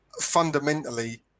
fundamentally